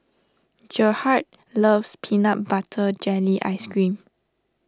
Gerhard loves Peanut Butter Jelly Ice Cream